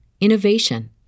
innovation